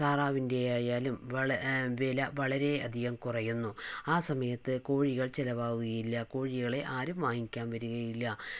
താറാവിൻ്റെ ആയാലും വള വില വളരെയധികം കുറയുന്നു ആ സമയത്ത് കോഴികൾ ചിലവാവുകയില്ല കോഴികളെ ആരും വാങ്ങിക്കാൻ വരുകയില്ല